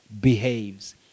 behaves